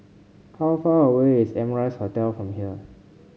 how far away is Amrise Hotel from here